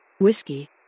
Whiskey